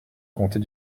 compter